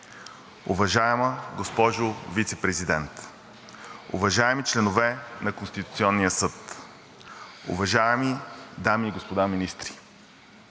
уважаема госпожо Вицепрезидент, уважаеми членове на Конституционния съд, уважаеми дами и господа министри,